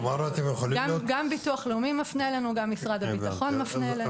גם הביטוח הלאומי ומשרד הביטחון מפנים אלינו.